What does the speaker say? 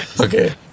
Okay